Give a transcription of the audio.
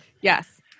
Yes